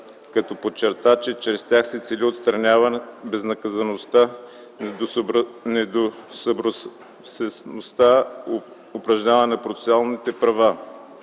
като подчерта, че чрез тях се цели да се отстранят безнаказаността, недобросъвестното упражняване на процесуалните права,